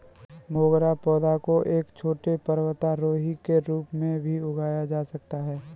मोगरा पौधा को एक छोटे पर्वतारोही के रूप में भी उगाया जा सकता है